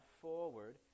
forward